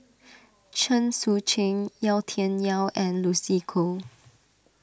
Chen Sucheng Yau Tian Yau and Lucy Koh